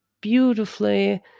beautifully